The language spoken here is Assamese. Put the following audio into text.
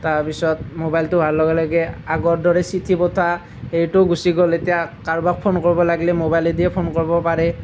তাৰপিছত ম'বাইলটো হোৱাৰ লগে লগে আগৰ দৰে চিঠি পঠোৱা হেৰিটোও গুচি গ'ল এতিয়া কাৰোবাক ফোন কৰিব লাগিলে ম'বাইলেদিয়ে ফোন কৰিব পাৰে